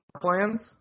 plans